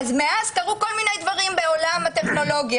מאז קרו כל מיני דברים בועלם הטכנולוגיה.